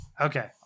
Okay